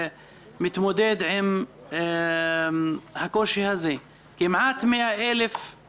בשבוע הבא עם המבחן תמיכה לקמחא דפסחא שמקובל כל שנה,